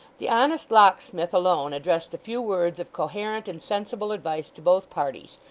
the honest locksmith alone addressed a few words of coherent and sensible advice to both parties,